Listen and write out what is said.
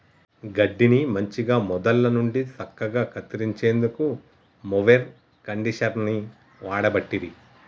గడ్డిని మంచిగ మొదళ్ళ నుండి సక్కగా కత్తిరించేందుకు మొవెర్ కండీషనర్ని వాడబట్టిరి